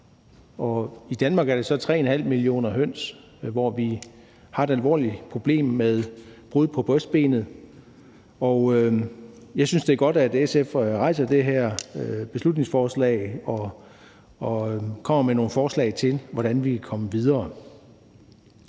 I Danmark er det så med 3,5 millioner høns, vi har et alvorligt problem med brud på brystbenet. Jeg synes, det er godt, at SF har fremsat det her beslutningsforslag og kommer med nogle forslag til, hvordan vi kan komme videre.